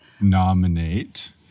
nominate